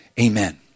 Amen